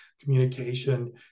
communication